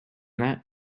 that